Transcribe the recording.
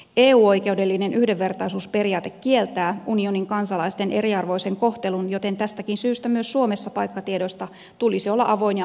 eu oikeudellinen yhdenvertaisuusperiaate kieltää unionin kansalaisten eriarvoisen kohtelun joten tästäkin syystä myös suomessa paikkatiedoista tulisi olla avoin ja kattava rekisteri